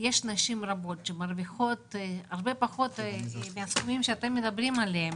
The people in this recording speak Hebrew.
יש נשים רבות שמרוויחות הרבה פחות מהסכומים שאתם מדברים עליהם,